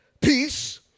peace